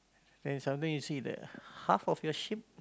and sometime you see the half of your ship